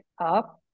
up